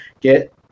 get